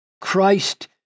Christ